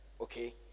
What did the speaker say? Okay